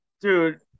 Dude